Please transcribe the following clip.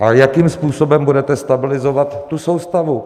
A jakým způsobem budete stabilizovat tu soustavu?